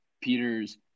Peters